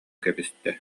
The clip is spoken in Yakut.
кэбистэ